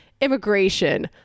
immigration